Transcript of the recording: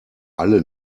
alle